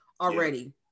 already